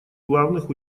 главных